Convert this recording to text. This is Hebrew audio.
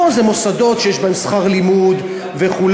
פה זה מוסדות שיש בהם שכר לימוד וכו',